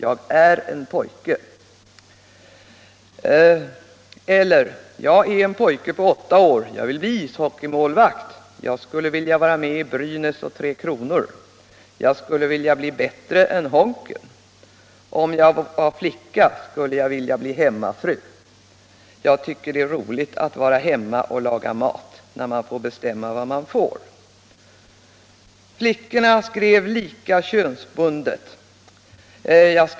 Jag är en pojke.” Eller: ”Jag är en pojke på åtta år, jag vill bli ishockermålvakt. Jag skulle vilja vara med i Brynäs öch Tre Kronor. Jag skulle vilja bli bättre än Honken. Om jag var flicka skulle jag vilja bli hemmafru. Jag tycker det är roligt att vara hemma och laga mat, när man får bestämma vad man får för mat.” . Flickorna skrev lika könsbundet.